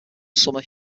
summer